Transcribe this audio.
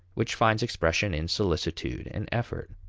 which finds expression in solicitude and effort.